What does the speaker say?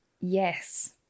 yes